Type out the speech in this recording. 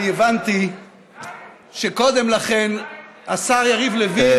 אני הבנתי שקודם לכן השר יריב לוין,